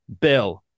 bill